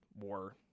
war